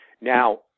Now